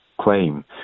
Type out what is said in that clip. claim